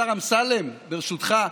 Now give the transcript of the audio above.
השר אמסלם, ברשותך,